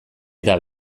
eta